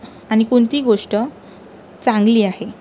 आणि कोणती गोष्ट चांगली आहे